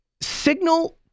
Signal